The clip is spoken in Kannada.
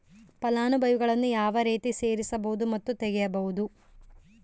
ಫಲಾನುಭವಿಗಳನ್ನು ಯಾವ ರೇತಿ ಸೇರಿಸಬಹುದು ಮತ್ತು ತೆಗೆಯಬಹುದು?